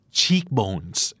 cheekbones